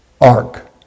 Ark